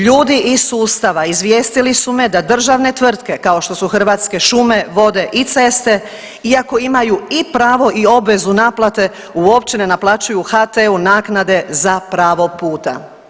Ljudi iz sustava izvijestili su me da državne tvrtke kao što su Hrvatske šume, vode i ceste iako imaju i pravo i obvezu naplate uopće ne naplaćuju HT-u naknade za pravo puta.